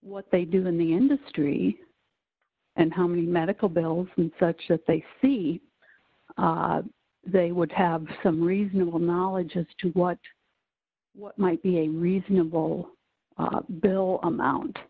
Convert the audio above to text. what they do in the industry and how many medical bills and such that they see they would have some reasonable knowledge as to what might be a reasonable bill amount